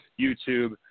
YouTube